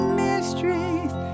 mysteries